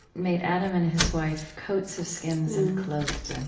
made adam and his wife coats of skins and clothed them,